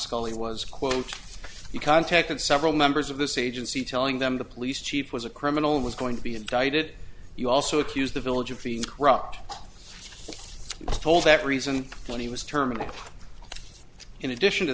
scully was quote you contacted several members of this agency telling them the police chief was a criminal and was going to be indicted you also accuse the village of feeding corrupt coal that reason when he was terminated in addition to